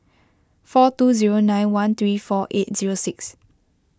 four two zero nine one three four eight zero six